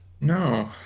No